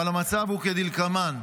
אבל המצב הוא כדלקמן.